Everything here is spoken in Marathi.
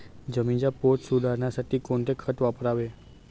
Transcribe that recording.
जमिनीचा पोत सुधारण्यासाठी कोणते खत वापरावे?